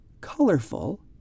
colorful